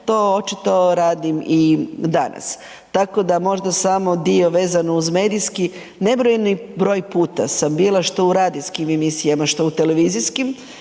to očito radim i danas. Tako da možda samo dio vezano uz medijski, nebrojeni broj puta sam bila što u radijskim emisijama, što u televizijskim,